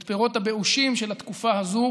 לחוות את פירות הבאושים של התקופה הזו